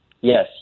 Yes